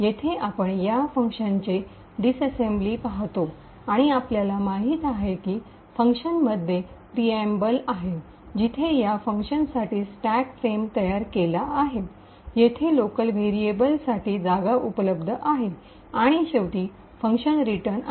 येथे आपण या फंक्शनचे डीस्सेम्बली पाहतो आणि आपल्याला माहित आहे की फंक्शनमध्ये प्रीऐम्बल आहे जिथे या फंक्शनसाठी स्टॅक फ्रेम तयार केला आहे येथे लोकल व्हेरिएबल्ससाठी जागा उपलब्ध आहे आणि शेवटी फंक्शन रिटर्न आहे